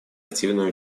активное